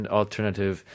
alternative